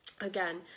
again